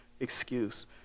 excuse